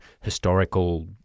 historical